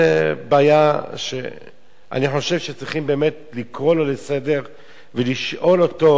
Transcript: זו בעיה שאני חושב שצריכים לקרוא לו לסדר ולשאול אותו